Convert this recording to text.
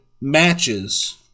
matches